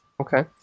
Okay